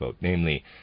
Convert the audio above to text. namely